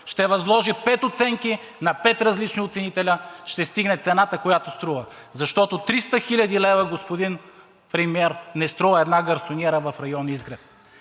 ще възложи пет оценки на пет различни оценители, ще стигне цената, която струва, защото 300 хил. лв., господин Премиер, не струва една гарсониера в район „Изгрев“.